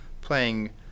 playing